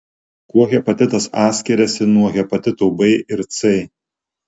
kuo hepatitas a skiriasi nuo hepatito b ir c